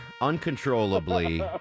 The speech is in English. uncontrollably